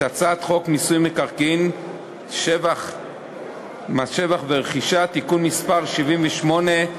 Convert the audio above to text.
הצעת חוק מיסוי מקרקעין (שבח ורכישה) (תיקון מס' 78),